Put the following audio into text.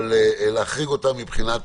אבל להחריג אותם מבחינת